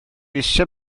eisiau